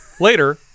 later